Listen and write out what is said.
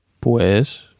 Pues